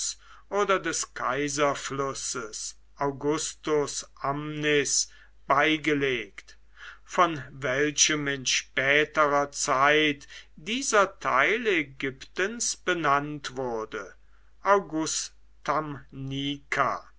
oder des kaiserflusses augustus amnis beigelegt von welchem in späterer zeit dieser teil ägyptens benannt wurde